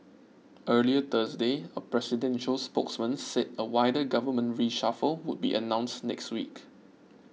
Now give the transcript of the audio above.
earlier Thursday a presidential spokesman said a wider government reshuffle would be announced next week